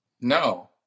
No